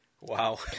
Wow